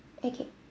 okay